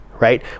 Right